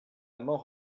mort